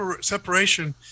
separation